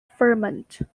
ferment